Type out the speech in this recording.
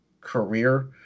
career